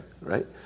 right